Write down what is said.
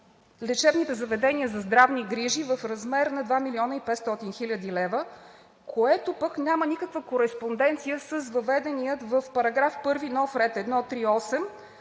лечебните заведения за здравни грижи в размер на 2 млн. 500 хил. лв., което няма никаква кореспонденция с въведения в § 1 нов ред 1.3.8